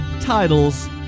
titles